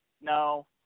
no